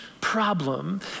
problem